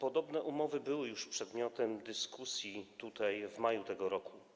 Podobne umowy były już przedmiotem dyskusji tutaj w maju tego roku.